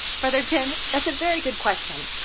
brother chen, that's a very good question!